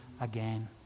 again